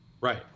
Right